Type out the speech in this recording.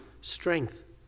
strength